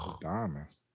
Diamonds